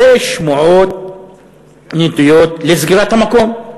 ושמועות על סגירת המקום.